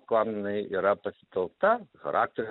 kam jinai yra pasitelkta charakterio